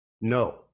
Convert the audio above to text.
No